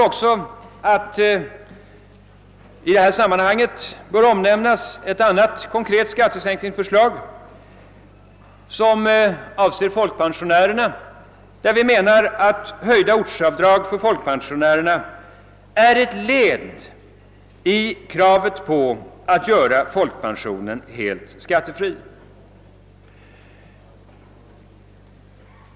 I detta sammanhang bör också ett annat konkret skattesänkningsförslag omnämnas, ett förslag som berör folkpensionärerna. Vi anser att höjda ortsavdrag för folkpensionärerna är ett led i strävandena att tillgodose kravet på att göra folkpensionen helt skattefri.